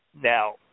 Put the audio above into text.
now